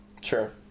Sure